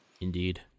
Indeed